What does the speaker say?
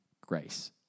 grace